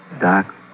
Doc